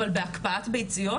אבל בהקפאת ביציות